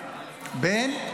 ----- אוה,